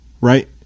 right